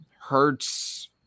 Hurts